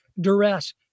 duress